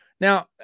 Now